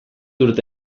urte